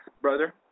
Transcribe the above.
brother